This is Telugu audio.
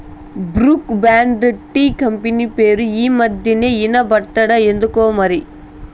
బ్రూక్ బాండ్ టీ కంపెనీ పేరే ఈ మధ్యనా ఇన బడట్లా ఎందుకోమరి